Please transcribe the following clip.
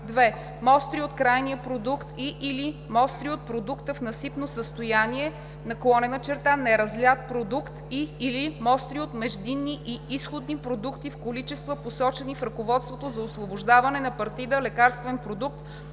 2. мостри от крайния продукт и/или мостри от продукта в насипно състояние/неразлят продукт, и/или мостри от междинни и изходни продукти в количества, посочени в Ръководството за освобождаване на партида лекарствен продукт